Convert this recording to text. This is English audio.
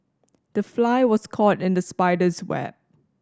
the fly was caught in the spider's web